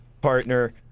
partner